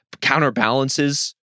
counterbalances